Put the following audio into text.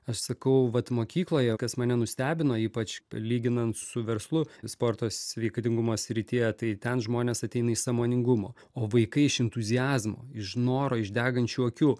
aš sakau vat mokykloje kas mane nustebino ypač lyginant su verslu sporto sveikatingumo srityje tai ten žmonės ateina iš sąmoningumo o vaikai iš entuziazmo iš noro iš degančių akių